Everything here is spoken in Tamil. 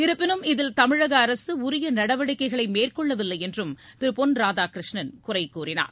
இருப்பினும் இதில் தமிழக அரசு உரிய நடவடிக்கைகளை மேற்கொள்ளவில்லை என்றும் திரு பொன் ராதாகிருஷ்ணன் குறை கூறினார்